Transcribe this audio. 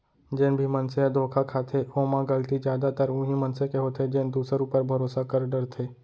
जेन भी मनसे ह धोखा खाथो ओमा गलती जादातर उहीं मनसे के होथे जेन दूसर ऊपर भरोसा कर डरथे